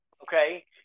Okay